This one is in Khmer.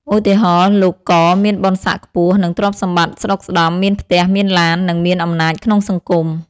ឧទាហរណ៍ លោក ក មានបុណ្យស័ក្តិខ្ពស់ និងទ្រព្យសម្បត្តិស្តុកស្ដម្ភ មានផ្ទះ មានឡាន និងមានអំណាចក្នុងសង្គម។